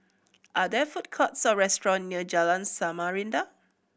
are there food courts or restaurant near Jalan Samarinda